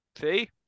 See